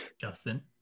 justin